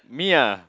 me ah